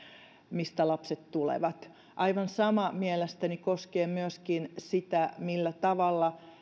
mistä lapset tulevat aivan sama mielestäni koskee myöskin sitä millä tavalla